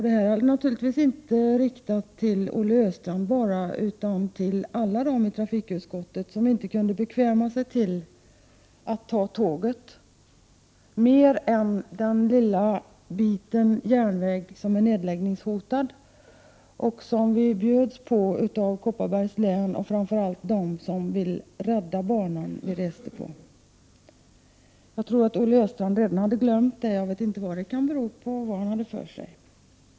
Detta är naturligtvis inte bara riktat till Olle Östrand, utan till alla itrafikutskottet, som inte kunde bekväma sig till att ta tåget, förutom den lilla bit järnväg som är nedläggningshotad. Där bjöds vi på resan av Kopparbergs län och framför allt av dem som vill rädda den bana vi reste på. Jag tror att Olle Östrand redan har glömt det. Jag vet inte vad det kan bero på, vad han hade för sig.